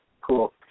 cool